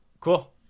cool